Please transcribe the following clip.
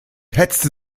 hetzte